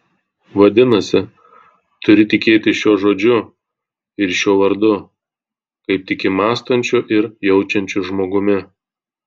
vadinasi turi tikėti šiuo žodžiu ir šiuo vardu kaip tiki mąstančiu ir jaučiančiu žmogumi